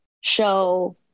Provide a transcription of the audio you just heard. show